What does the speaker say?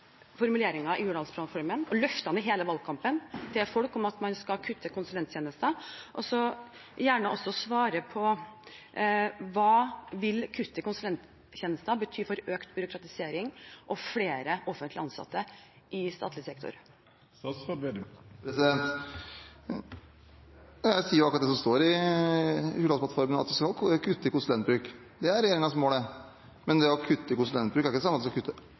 i Hurdalsplattformen og løftene som ble gitt til folk gjennom hele valgkampen, om at man skal kutte i bruken av konsulenttjenester? Finansministeren kan gjerne også svare på hva kuttet i konsulenttjenester vil bety for økt byråkratisering og flere offentlig ansatte i statlig sektor. Jeg sier jo akkurat det som står i Hurdalsplattformen, at vi skal kutte i konsulentbruken. Det er regjeringens mål. Men å kutte i konsulentbruken er ikke det samme som å kutte